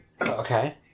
Okay